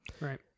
Right